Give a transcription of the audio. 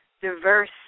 diverse